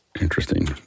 Interesting